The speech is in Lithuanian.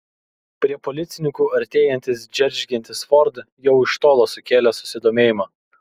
prie policininkų artėjantis džeržgiantis ford jau iš tolo sukėlė susidomėjimą